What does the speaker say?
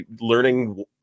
learning